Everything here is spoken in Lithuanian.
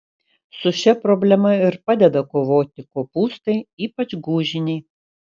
su šia problema ir padeda kovoti kopūstai ypač gūžiniai